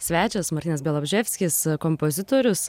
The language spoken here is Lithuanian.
svečias martynas bialobžeskis kompozitorius